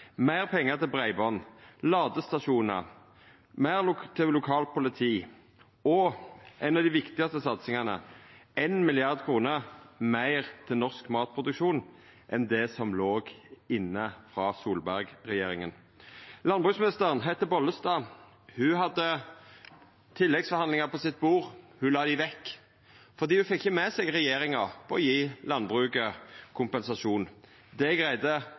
meir pengar til breiband, ladestasjonar, meir til lokalt politi og – ei av dei viktigaste satsingane – 1 mrd. kr meir til norsk matproduksjon enn det som låg inne frå Solberg-regjeringa. Landbruksministeren heitte Bollestad. Ho hadde tilleggsforhandlingar på sitt bord, men la dei vekk, for ho fekk ikkje med seg regjeringa på å gje landbruket kompensasjon. Det